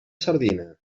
sardina